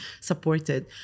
supported